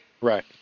Right